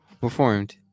performed